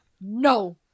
No